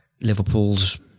Liverpool's